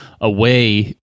away